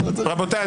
רבותי,